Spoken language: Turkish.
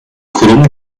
kurum